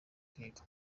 kwiga